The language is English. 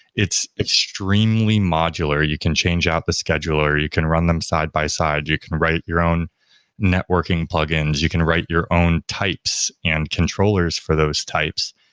it's extremely modular, you can change out the scheduler, you can run them side-by-side, you can write your own networking plug-ins, you can write your own types and controllers for those types.